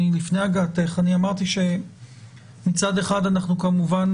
שלפני הגעתך אמרתי שמצד אחד אנחנו כמובן